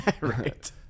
Right